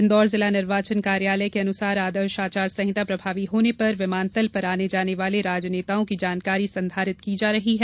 इंदौर जिला निर्वाचन कार्यालय के अनुसार आदर्श आचार संहिता प्रभावी होने पर विमानतल पर आने जाने वाले राजनेताओं की जानकारी संधारित की जा रही है